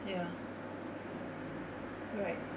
ya right